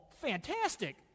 fantastic